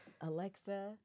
Alexa